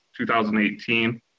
2018